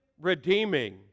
redeeming